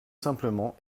simplement